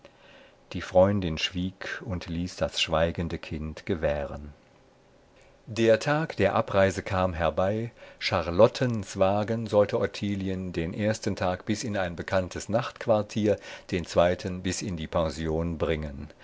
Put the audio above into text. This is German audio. die freundin schwieg und ließ das schweigende kind gewähren der tag der abreise kam herbei charlottens wagen sollte ottilien den ersten tag bis in ein bekanntes nachtquartier den zweiten bis in die pension bringen